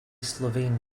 slovene